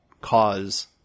cause